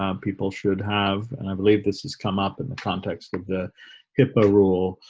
um people should have and i believe this has come up in the context of the hipaa rule